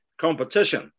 competition